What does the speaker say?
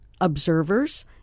observers